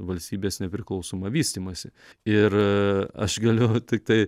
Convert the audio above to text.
valstybės nepriklausomą vystymąsi ir aš galiu tiktai